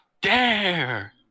dare